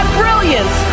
brilliance